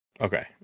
Okay